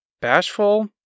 Bashful